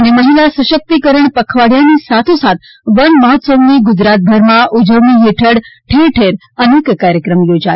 ે મહિલા સશક્તિકરણ પખવાડિયાની સાથો સાથ વન મહોત્સવની ગુજરાતભરમાં ઉજવણી હેઠળ ઠેર ઠેર અનેક કાર્યક્રમ યોજાયા